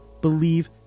believe